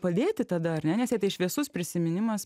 padėti tada ar ne nes jai tai šviesus prisiminimas